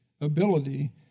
ability